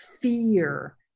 fear